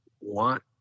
want